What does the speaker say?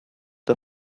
der